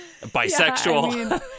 bisexual